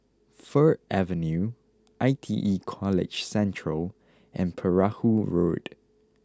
Fir Avenue I T E College Central and Perahu Road